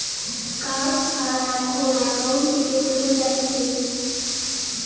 card ছাড়া এখন account থেকে তুলে যাতিছে